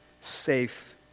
safe